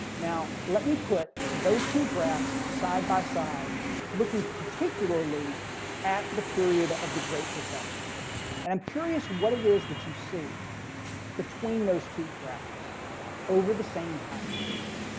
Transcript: now, let me put those two graphs side by side looking particularly at the period of the great recession and i'm curious what it is that you see between those two graphs over the same time period.